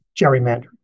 gerrymander